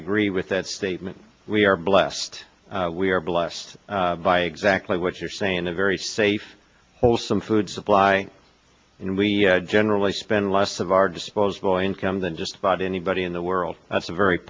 agree with that statement we are blessed we are blessed by exactly what you're saying a very safe wholesome food supply and we generally spend less of our disposable income than just about anybody in the world that's a very